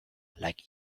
like